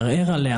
לערער עליה.